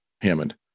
Hammond